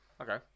Okay